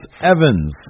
Evans